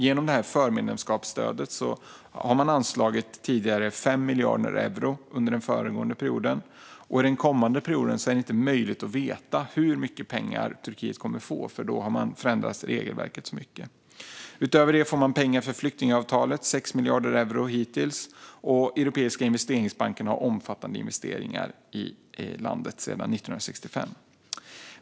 Genom förmedlemskapsstöd har EU tidigare anslagit 5 miljarder euro under den föregående perioden. Under den kommande perioden är det inte möjligt att veta hur mycket pengar Turkiet kommer att få, för då är regelverket så förändrat. Utöver detta får Turkiet pengar för flyktingavtalet - 6 miljarder euro hittills. Europeiska investeringsbanken har omfattande investeringar i landet sedan 1965.